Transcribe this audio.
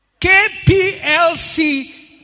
KPLC